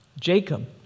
Jacob